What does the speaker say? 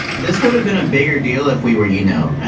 this would have been a bigger deal if we were, you know,